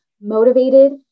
motivated